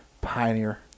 Pioneer